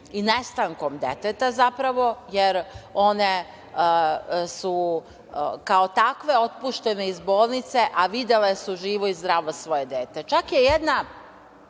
i nestankom deteta, zapravo, jer one su, kao takve otpuštene iz bolnice, a videle su živo i zdravo svoje dete. Čak je jedna,